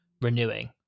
renewing